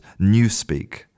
Newspeak